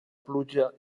pluja